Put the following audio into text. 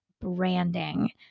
branding